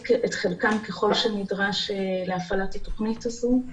חלקן ככל שנדרש להפעלת התוכנית הזו.